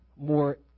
more